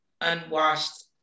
unwashed